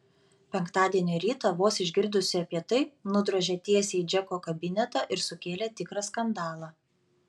penktadienio rytą vos išgirdusi apie tai nudrožė tiesiai į džeko kabinetą ir sukėlė tikrą skandalą